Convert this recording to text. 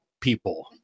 people